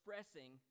expressing